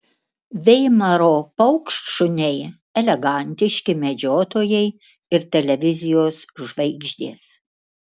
veimaro paukštšuniai elegantiški medžiotojai ir televizijos žvaigždės